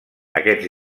aquests